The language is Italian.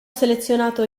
selezionato